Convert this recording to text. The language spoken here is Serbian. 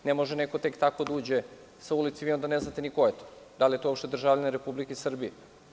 Ne može neko tek tako da uđe sa ulice a vi ne znate ni ko je to, da li je uopšte državljanin Republike Srbije.